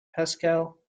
pascal